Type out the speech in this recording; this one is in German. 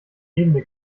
ebene